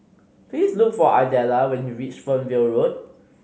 please look for Idella when you reach Fernvale Road